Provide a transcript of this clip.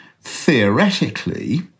theoretically